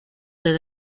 del